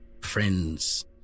friends